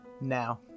Now